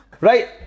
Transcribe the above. Right